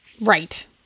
Right